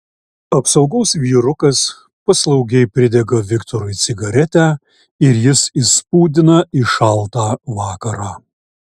apsaugos vyrukas paslaugiai pridega viktorui cigaretę ir jis išspūdina į šaltą vakarą